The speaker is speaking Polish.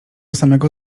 samego